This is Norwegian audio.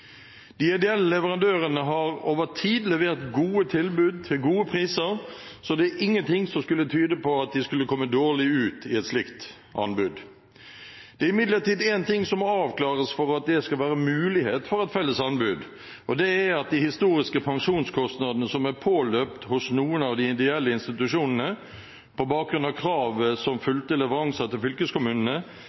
De ideelle leverandørene har over tid levert gode tilbud til gode priser, så det er ingenting som skulle tyde på at de skulle komme dårlig ut i et slikt anbud. Det er imidlertid en ting som må avklares for at det skal være mulighet for et felles anbud, og det er at de historiske pensjonskostnadene som er påløpt hos noen av de ideelle institusjonene, på bakgrunn av kravet som fulgte leveranser til fylkeskommunene,